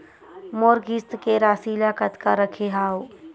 मोर किस्त के राशि ल कतका रखे हाव?